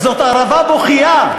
זאת ערבה בוכייה.